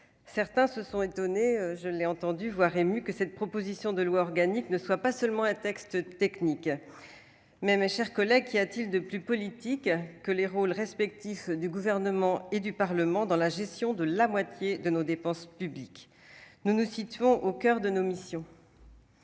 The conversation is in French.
Certains se sont étonnés, voire émus- je l'ai entendu -que cette proposition de loi organique ne soit pas seulement un texte technique. Mais, mes chers collègues, qu'y a-t-il de plus politique que les rôles respectifs du Gouvernement et du Parlement dans la gestion de la moitié de nos dépenses publiques ? Nous nous situons en réalité au coeur de nos missions.